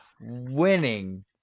winning